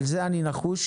על זה אני נחוש,